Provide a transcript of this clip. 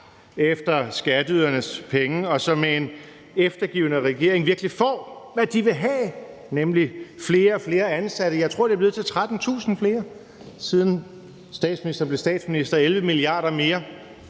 efter skatteydernes penge, og som med en eftergivende regering virkelig får, hvad de vil have, nemlig flere og flere ansatte. Jeg tror, at det er blevet til 13.000 flere, siden statsministeren blev statsminister, og 11 mia. kr. mere